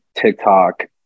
TikTok